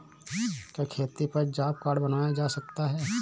क्या खेती पर जॉब कार्ड बनवाया जा सकता है?